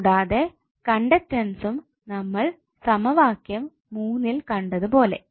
കൂടാതെ കണ്ടുക്ടൻസും നമ്മൾ സമവാക്യം മൂന്നിൽ കണ്ടത് പോലെ